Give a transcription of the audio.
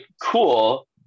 cool